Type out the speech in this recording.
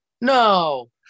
No